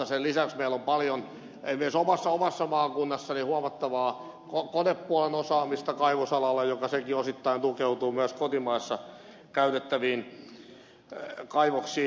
sen lisäksi meillä on paljon myös omassa maakunnassani huomattavaa konepuolen osaamista kaivosalalla joka sekin osittain tukeutuu myös kotimaassa käytettäviin kaivoksiin